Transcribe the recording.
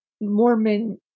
Mormon